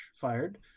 fired